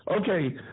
Okay